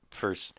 First